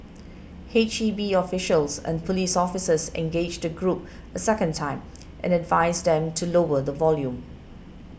H E B officials and police officers engaged the group a second time and advised them to lower the volume